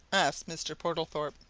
asked mr. portlethorpe.